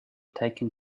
taken